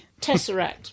tesseract